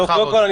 קודם כול,